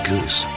Goose